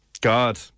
God